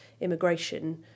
immigration